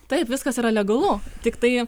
taip viskas yra legalu tiktai